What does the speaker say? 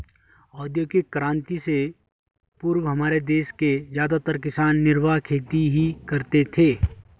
औद्योगिक क्रांति से पूर्व हमारे देश के ज्यादातर किसान निर्वाह खेती ही करते थे